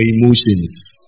emotions